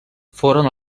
foren